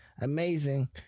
amazing